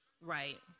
Right